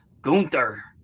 Gunther